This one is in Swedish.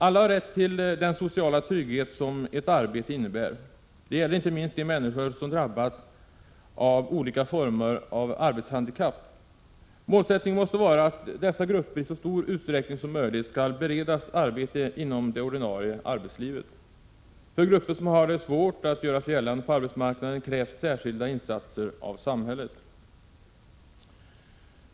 Alla har rätt till den sociala trygghet som ett arbete innebär. Det gäller inte minst de människor som drabbats av olika former av arbetshandikapp. Målsättningen måste vara att dessa grupper i så stor utsträckning som möjligt skall beredas arbete inom det ordinarie arbetslivet. För grupper som har det svårt att göra sig gällande på arbetsmarknaden krävs särskilda insatser av samhället.